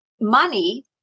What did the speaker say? Money